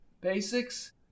Basics